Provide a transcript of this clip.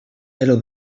it’ll